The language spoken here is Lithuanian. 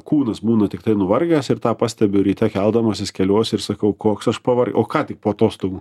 kūnas būna tiktai nuvargęs ir tą pastebiu ryte keldamasis keliuosi ir sakau koks aš pavarg ką tik po atostogų